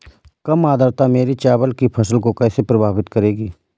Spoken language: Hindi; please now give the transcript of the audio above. कम आर्द्रता मेरी चावल की फसल को कैसे प्रभावित करेगी?